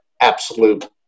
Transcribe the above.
absolute